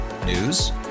News